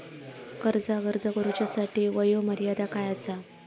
कर्जाक अर्ज करुच्यासाठी वयोमर्यादा काय आसा?